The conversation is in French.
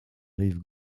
rive